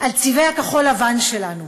על צבעי הכחול-לבן שלנו.